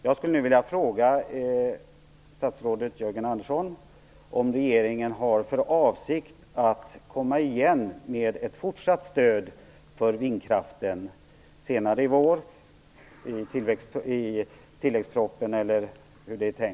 Jag skulle nu vilja fråga statsrådet Jörgen Andersson om regeringen har för avsikt att komma igen med ett fortsatt stöd för vindkraften senare i vår, t.ex. i tilläggspropositionen.